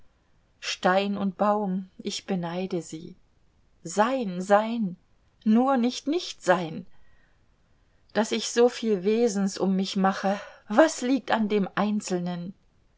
stein und baum ich beneide sie sein sein nur nicht nichtsein daß ich so viel wesens um mich mache was liegt an dem einzelnen